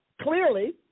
clearly